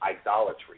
idolatry